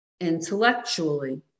intellectually